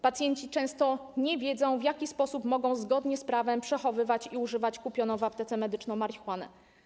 Pacjenci często nie wiedzą, w jaki sposób mogą zgodnie z prawem przechowywać i używać kupioną w aptece medyczną marihuanę.